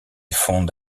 fonde